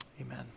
amen